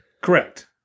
Correct